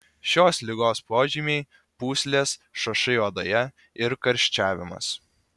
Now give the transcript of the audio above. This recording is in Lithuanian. šios ligos požymiai pūslės šašai odoje ir karščiavimas